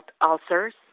ulcers